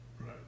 Right